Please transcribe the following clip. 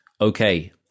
Okay